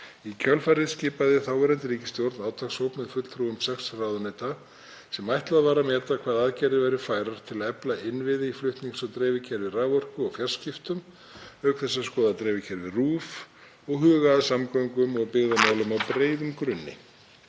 Í kjölfarið skipaði þáverandi ríkisstjórn átakshóp með fulltrúum sex ráðuneyta sem ætlað var að meta hvaða aðgerðir væru færar til að efla innviði í flutnings- og dreifikerfi raforku og fjarskiptum auk þess að skoða dreifikerfi RÚV og huga að samgöngum og byggðamálum á breiðum grunni.